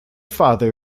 father